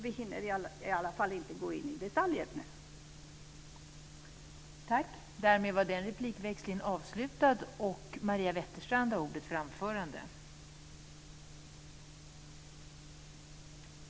Vi hinner i alla fall inte gå in i detaljerna nu.